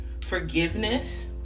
Forgiveness